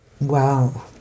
Wow